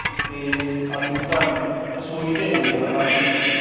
ਅਤੇ ਅਸੀਂ ਘਰ ਰਸੋਈ ਦੇ ਅੰਦਰ ਅਸੀਂ